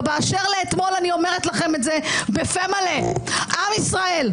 ובאשר לאתמול אני אומרת בפה מלא - עם ישראל,